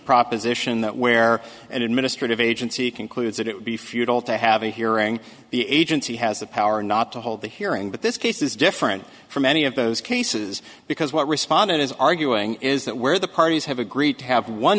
proposition that where an administrative agency concludes that it would be futile to have a hearing the agency has the power not to hold the hearing but this case is different from any of those cases because what respondent is arguing is that where the parties have agreed to have one